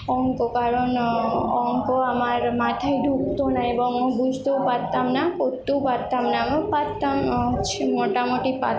অঙ্ক কারণ অঙ্ক আমার মাথায় ঢুকত না এবং বুঝতেও পারতাম না পড়তেও পারতাম না পারতাম হচ্ছে মোটামুটি পার